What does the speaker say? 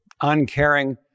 uncaring